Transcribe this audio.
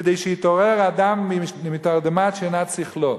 כדי שיתעורר אדם מתרדמת שינת שכלו,